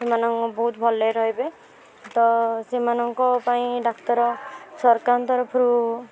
ସେମାନଙ୍କ ବହୁତ ଭଲରେ ରହିବେ ତ ସେମାନଙ୍କ ପାଇଁ ଡାକ୍ତର ସରକାରଙ୍କ ତରଫରୁ